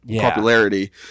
popularity